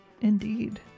Indeed